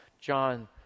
John